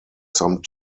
some